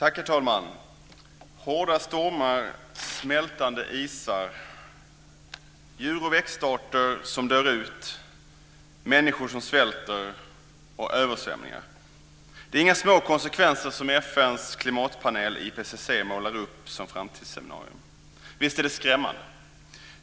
Herr talman! Hårda stormar, smältande isar, djur och växtarter som dör ut, människor som svälter och översvämningar. Det är inga små konsekvenser som FN:s klimatpanel, IPCC, målar upp i sitt framtidsscenario. Visst är det skrämmande?